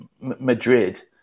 Madrid